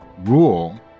rule